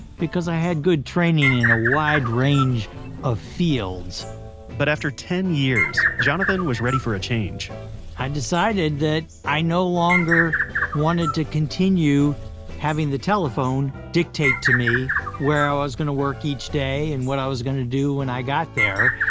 because i had good training in a wide range of fields but after ten years, jonathan was ready for a change i decided that i no longer wanted to continue having the telephone dictate to me where i was going to work each day, and what i was going to do when i got there.